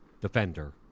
defender